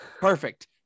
perfect